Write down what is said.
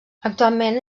actualment